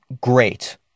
great